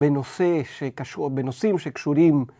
‫בנושא, בנושאים שקשורים...